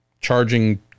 charging